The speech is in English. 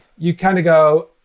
you kind of go,